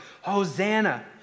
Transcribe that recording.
Hosanna